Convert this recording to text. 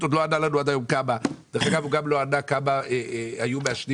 עוד לא ענה לנו עד היום כמה משתמשים בו = שאנחנו מגיעים